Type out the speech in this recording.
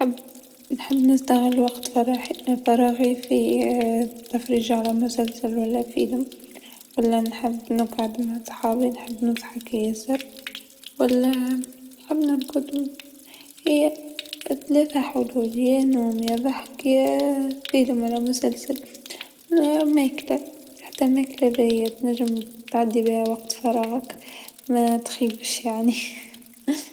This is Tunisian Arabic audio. نحب نستغل وقت فراحي- فراغي تفريجا على مسلسل و لا فيلم و لا نحب نقعد مع صحابي نحب نضحك ياسر و لا نحب نرقد، هي ثلاثا حلول يا نوم يا ضحك يا فيلم و لا مسلسل و لا ماكله، حتى الماكله باهيا تنجم تقضي بيها وقت فراغك ما تخيبش يعني.